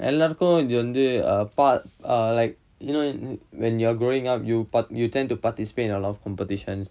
எல்லாருக்கும் இது வந்து:ellarukkum ithu vanthu err part~ err like when you are growing up you tend to participate in a lot of competitions